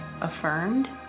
affirmed